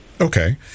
Okay